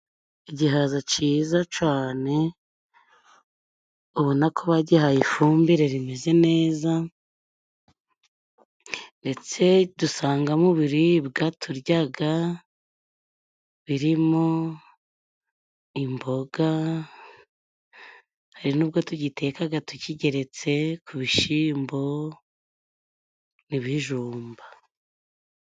Igihaza ciza cane ubona ko bagihaye ifumbire rimeze neza, ndetse dusanga mubiribwa turyaga birimo imboga, hari nubwo tugitekaga tukigeretse ku bishimbo n'ibijumba.